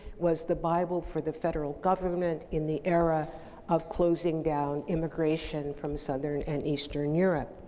was the bible for the federal government in the era of closing down immigration from southern and eastern europe,